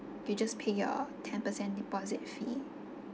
you just pay your ten percent deposit fee